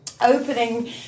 opening